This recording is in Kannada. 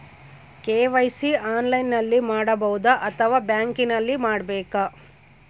ಕೆ.ವೈ.ಸಿ ಆನ್ಲೈನಲ್ಲಿ ಮಾಡಬಹುದಾ ಅಥವಾ ಬ್ಯಾಂಕಿನಲ್ಲಿ ಮಾಡ್ಬೇಕಾ?